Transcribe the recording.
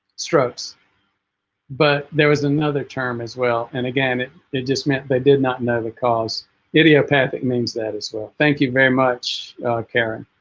strokes but there was another term as well and again it it just meant they did not know because idiopathic means that as well thank you very much karen